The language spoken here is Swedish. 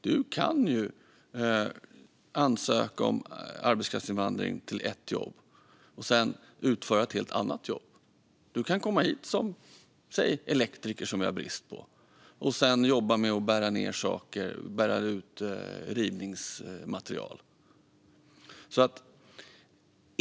Du kan ansöka om att få arbetsinvandra för ett jobb och sedan utföra ett helt annat jobb. Du kan komma hit som till exempel elektriker - som det råder brist på - och sedan jobba med att bära ut rivningsmaterial.